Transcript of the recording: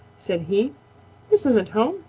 said he this isn't home.